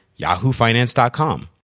yahoofinance.com